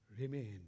Remain